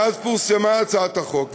מאז פורסמה הצעת החוק,